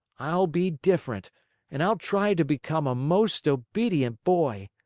i'll be different and i'll try to become a most obedient boy.